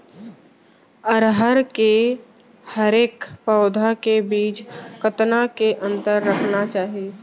अरहर के हरेक पौधा के बीच कतना के अंतर रखना चाही?